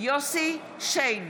יוסף שיין,